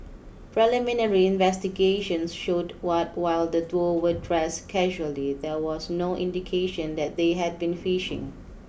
preliminary investigations showed what while the duo were dressed casually there was no indication that they had been fishing